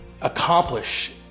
accomplish